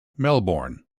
melbourne